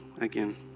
again